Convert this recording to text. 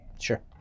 Sure